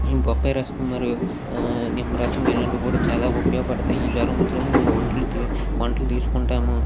బొప్పాయి రసము మరియు నిమ్మరసం ఇలాంటివి కూడా చాలా ఉపయోగపడతాయి జ్వరం వచ్చినప్పుడు ఇవి వంటికి వంటికి తీసుకుంటాము